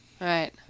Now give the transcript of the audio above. Right